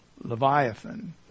Leviathan